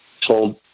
told